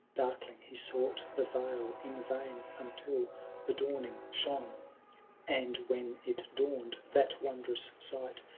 darkling he sought the vale in vain, until the dawning shone and when it dawn'd, that wondrous sight,